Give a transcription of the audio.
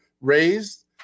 raised